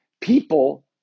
People